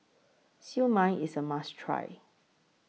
Siew Mai IS A must Try